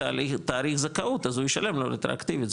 תאריך זכאות אז הוא ישלם לו רטרואקטיבית,